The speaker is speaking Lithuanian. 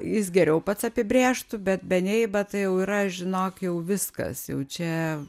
jis geriau pats apibrėžtų bet beneiba tai jau yra žinok jau viskas jau čia